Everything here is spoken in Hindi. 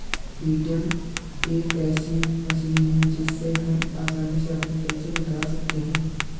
ए.टी.एम एक ऐसी मशीन है जिससे हम आसानी से अपने पैसे निकाल सकते हैं